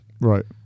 Right